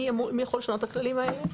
מי יכול לשנות את הכללים האלה?